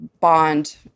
bond